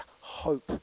hope